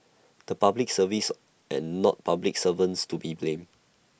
the Public Service and not public servants to be blamed